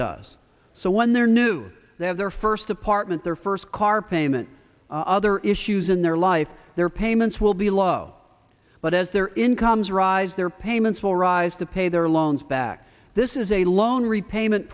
does so when they're new they have their first apartment their first car payment other issues in their life their payments will be low but as their incomes rise their payments will rise to pay their loans back this is a loan repayment